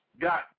Got